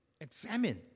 Examine